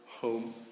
home